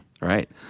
Right